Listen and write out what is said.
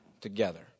together